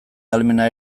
ahalmena